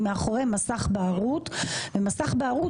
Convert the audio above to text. היא מאחורי מסך בערות ומסך בערות,